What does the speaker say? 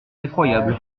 effroyable